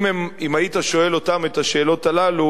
אם היית שואל אותם את השאלות הללו,